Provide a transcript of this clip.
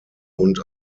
und